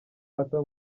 arthur